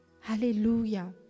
Hallelujah